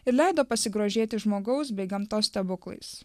ir leido pasigrožėti žmogaus bei gamtos stebuklais